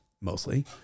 Mostly